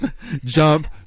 jump